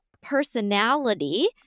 personality